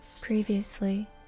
previously